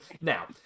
Now